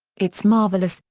it's marvelous,